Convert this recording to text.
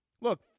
Look